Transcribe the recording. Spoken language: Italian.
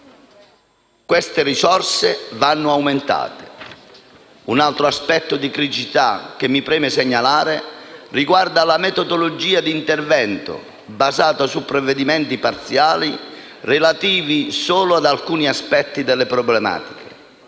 Queste risorse vanno aumentate. Un altro aspetto di criticità che mi preme segnalare riguarda la metodologia di intervento, basata su provvedimenti parziali relativi solo ad alcuni aspetti della problematica.